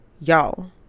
y'all